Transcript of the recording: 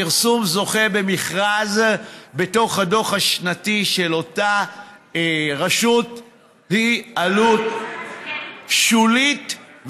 לפרסום זוכה במכרז בתוך הדוח השנתי של אותה רשות יש עלות שולית,